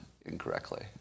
incorrectly